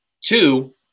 Two